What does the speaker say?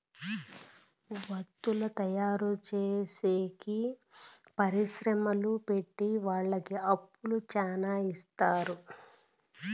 వత్తువుల తయారు చేసేకి పరిశ్రమలు పెట్టె వాళ్ళకి అప్పు శ్యానా ఇత్తారు